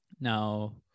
now